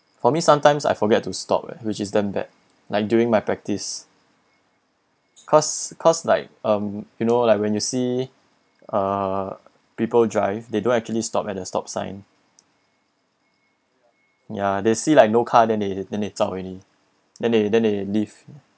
for me sometimes I forget to stop eh which is damn bad like during my practice cause cause like um you know like when you see uh people drive they don't actually stop at the stop sign ya they see like no car then they then they stop already then they then they leave